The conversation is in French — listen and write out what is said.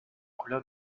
couleur